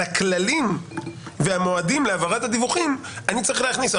על הכללים והמועדים להעברת הדיווחים אני צריך להכניס?